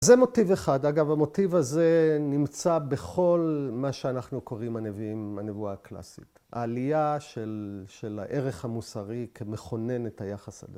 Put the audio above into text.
‫זה מוטיב אחד. אגב, המוטיב הזה ‫נמצא בכל מה שאנחנו קוראים ‫הנביאים, הנבואה הקלאסית. ‫העלייה של הערך המוסרי ‫כמכונן את היחס הזה.